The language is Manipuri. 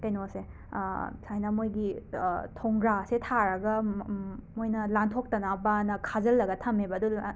ꯀꯩꯅꯣꯁꯦ ꯁꯨꯃꯥꯏꯅ ꯃꯣꯏꯒꯤ ꯊꯣꯡꯒ꯭ꯔꯥꯁꯦ ꯊꯥꯔꯒ ꯃꯣꯏꯅ ꯂꯥꯟꯊꯣꯛꯇꯅꯕꯅ ꯈꯥꯖꯤꯜꯂꯒ ꯊꯝꯃꯦꯕ ꯑꯗꯨꯗꯨꯅ